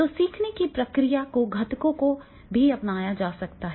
तो सीखने की प्रक्रिया के घटकों को भी अपनाया जा सकता है